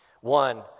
One